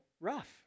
rough